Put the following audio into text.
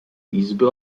izby